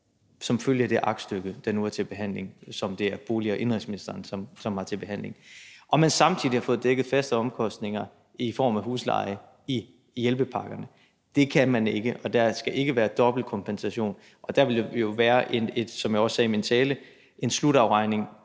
som følge af det aktstykke, der nu er til behandling, som indenrigs- og boligministeren har til behandling, og man samtidig har fået dækket faste omkostninger i form af husleje i hjælpepakkerne, så vil jeg sige, at det kan man ikke, og der skal ikke være dobbeltkompensation. Der vil jo være, som jeg også sagde i min tale, en slutafregning